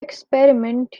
experiment